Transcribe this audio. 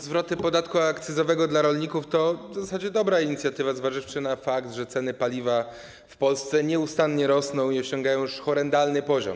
Zwroty podatku akcyzowego dla rolników to w zasadzie dobra inicjatywa, zważywszy na fakt, że ceny paliwa w Polsce nieustannie rosną i osiągają już horrendalny poziom.